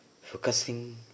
Focusing